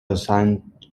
assigned